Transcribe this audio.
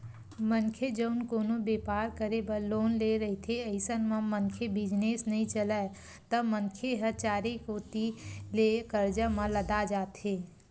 मनखे जउन कोनो बेपार करे बर लोन ले रहिथे अइसन म मनखे बिजनेस नइ चलय त मनखे ह चारे कोती ले करजा म लदा जाथे